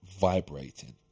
vibrating